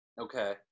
Okay